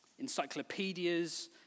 encyclopedias